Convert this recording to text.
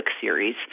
series